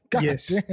Yes